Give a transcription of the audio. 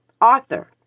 Arthur